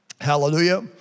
Hallelujah